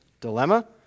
dilemma